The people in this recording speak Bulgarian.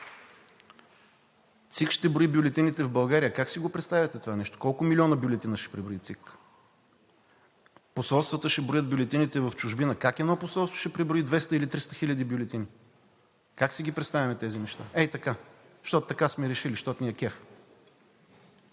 ЦИК ще брои бюлетините в България. Как си го представяте това нещо? Колко милиона бюлетини ще преброи ЦИК? Посолствата ще броят бюлетините в чужбина. Как едно посолство ще преброи двеста или триста хиляди бюлетини? Как си ги представяме тези неща?! Ей така, защото така сме решили, защото ни е кеф.